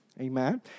Amen